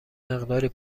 مقداری